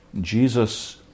Jesus